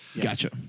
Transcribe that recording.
Gotcha